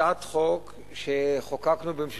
הצעת חוק סיוע לשדרות וליישובי הנגב המערבי